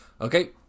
Okay